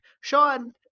sean